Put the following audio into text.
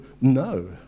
no